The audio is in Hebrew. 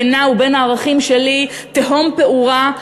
בינה ובין הערכים שלי תהום פעורה,